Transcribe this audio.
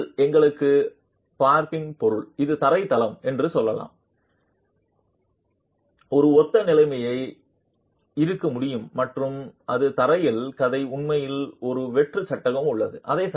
நீங்கள் எங்களுக்கு பார்க்கிங் பொருள் இது தரையில் தளம் என்று சொல்லலாம் என்று ஒரு ஒத்த நிலைமை இருக்க முடியும் மற்றும் அது தரையில் கதை உண்மையில் ஒரு வெற்று சட்டம் உள்ளது